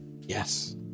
Yes